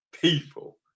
people